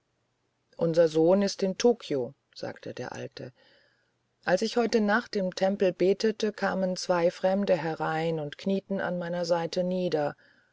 unser sohn ist in tokio sagte der alte als ich heute nacht im tempel betete kamen zwei fremde herein und knieten an meiner seite nieder